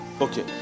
Okay